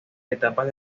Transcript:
etapas